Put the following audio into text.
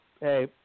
hey